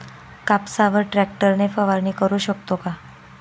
कापसावर ट्रॅक्टर ने फवारणी करु शकतो का?